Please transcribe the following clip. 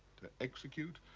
to execute?